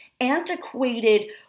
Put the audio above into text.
antiquated